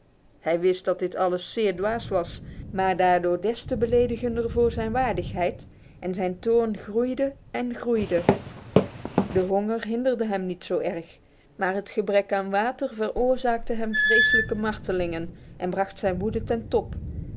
hij wist dat dit alles zeer dwaas was maar daardoor des te beledigender voor zijn waardigheid en zijn toorn groeide en groeide de honger hinderde hem niet zo erg maar het gebrek aan water veroorzaakte hem vreselijke martelingen en bracht zijn woede ten top